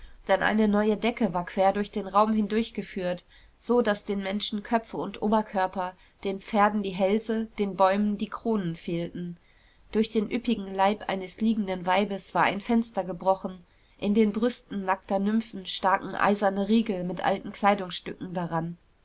denn eine neue decke war quer durch den raum hindurchgeführt so daß den menschen köpfe und oberkörper den pferden die hälse den bäumen die kronen fehlten durch den üppigen leib eines liegenden weibes war ein fenster gebrochen in den brüsten nackter nymphen staken eiserne riegel mit alten kleidungsstücken daran